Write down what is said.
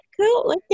cool